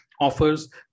offers